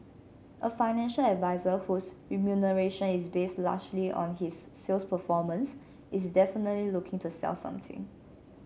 a financial advisor whose remuneration is based largely on his sales performance is definitely looking to sell something